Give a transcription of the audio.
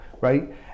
right